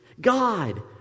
God